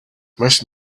most